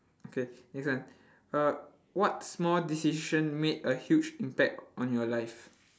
okay next one uh what small decision made a huge impact on your life